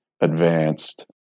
advanced